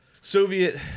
Soviet